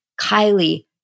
Kylie